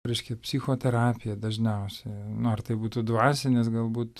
reiškia psichoterapija dažniausiai no ar tai būtų dvasinis galbūt